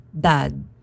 dad